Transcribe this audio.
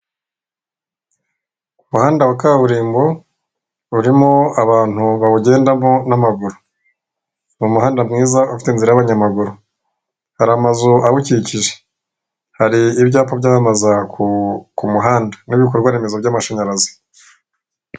Umuhanda wa kaburimbo urimo abantu bawugendamo n'amaguru, ni umuhanda mwiza ufite inzira y'abanyamaguru, hari amazu awukikije, hari ibyapa byamamaza ku muhanda n'ibikorwaremezo by'amashanyarazi.